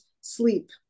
sleep